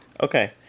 Okay